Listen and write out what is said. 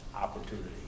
opportunity